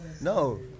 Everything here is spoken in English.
No